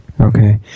Okay